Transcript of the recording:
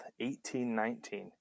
1819